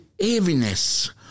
heaviness